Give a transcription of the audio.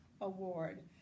Award